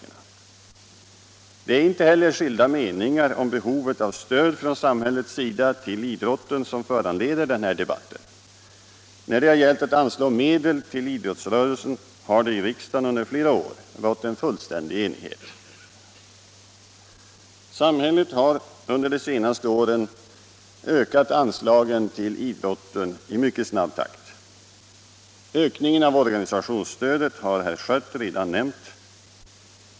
Det är inte heller skilda meningar om behovet av stöd från samhällets sida till idrotten som föranleder denna debatt. När det gällt att anslå medel till idrottsrörelsen har vi i riksdagen under flera år nått en fullständig enighet. Samhället har under de senaste åren ökat anslagen till idrotten i mycket snabb takt. Ökningen av organisationsstödet har herr Schött redan nämnt.